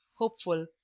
hopeful,